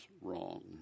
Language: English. wrong